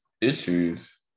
issues